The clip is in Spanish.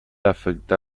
afecta